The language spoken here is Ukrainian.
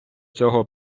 цього